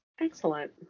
excellent